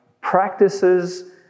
practices